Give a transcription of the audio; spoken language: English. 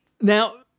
Now